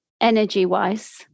energy-wise